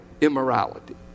immorality